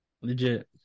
legit